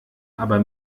aber